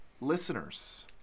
listeners